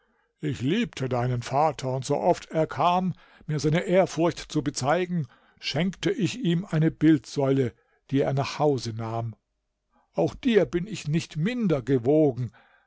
ich liebte deinen vater und sooft er kam mir seine ehrfurcht zu bezeigen schenkte ich ihm eine bildsäule die er nach hause nahm auch dir bin ich nicht minder gewogen